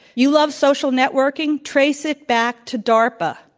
you love social networking? trace it back to darpa.